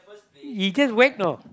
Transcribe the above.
he just whack you know